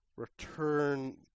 Return